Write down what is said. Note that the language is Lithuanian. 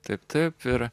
tiktai per